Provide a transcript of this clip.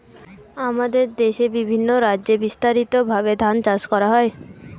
আমাদের দেশে বিভিন্ন রাজ্যে বিস্তারিতভাবে ধান চাষ করা হয়